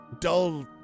dull